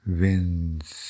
wins